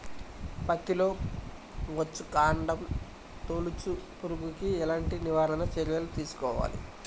పత్తిలో వచ్చుకాండం తొలుచు పురుగుకి ఎలాంటి నివారణ చర్యలు తీసుకోవాలి?